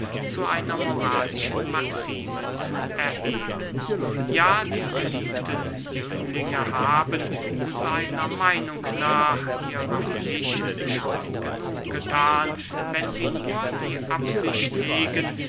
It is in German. zu einer moralischen maxime zu erheben ja die geliebten jünglinge haben seiner meinung nach ihrer pflicht schon genug gethan wenn sie nur die absicht hegen